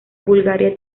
bulgaria